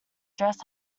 dress